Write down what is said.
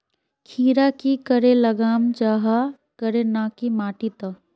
खीरा की करे लगाम जाहाँ करे ना की माटी त?